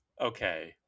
okay